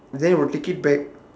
then will take it back